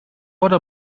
oder